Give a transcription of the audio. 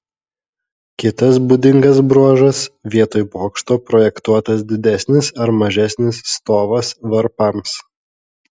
kitas būdingas bruožas vietoj bokšto projektuotas didesnis ar mažesnis stovas varpams